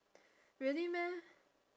really meh